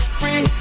free